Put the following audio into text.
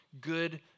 Good